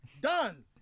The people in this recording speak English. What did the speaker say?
done